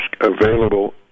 available